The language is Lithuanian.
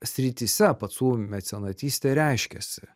srityse pacų mecenatystė reiškėsi